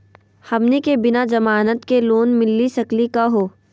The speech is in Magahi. हमनी के बिना जमानत के लोन मिली सकली क हो?